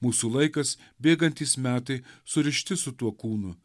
mūsų laikas bėgantys metai surišti su tuo kūnu